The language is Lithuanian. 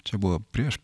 čia buvo prieš